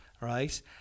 right